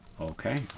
Okay